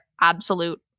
absolute